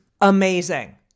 amazing